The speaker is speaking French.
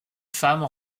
femme